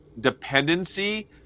dependency